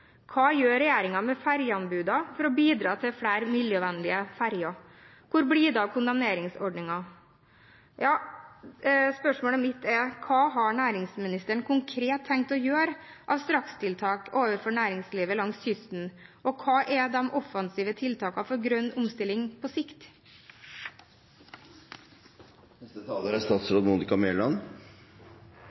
Hva gjør regjeringen med fergeanbudene for å bidra til flere miljøvennlige ferger? Hvor blir det av kondemneringsordningen? Spørsmålet mitt er: Hva har næringsministeren konkret tenkt å gjøre av strakstiltak overfor næringslivet langs kysten, og hva er de offensive tiltakene for grønn omstilling på sikt? Tusen takk for interpellasjon om et veldig viktig tema. Det er